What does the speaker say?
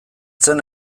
zen